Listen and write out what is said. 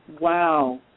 Wow